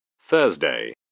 Thursday